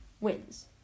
wins